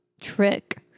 trick